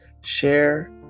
share